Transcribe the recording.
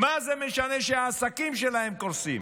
מה זה משנה שהעסקים שלהם קורסים?